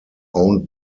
owned